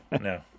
no